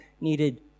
needed